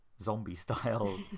zombie-style